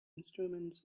instruments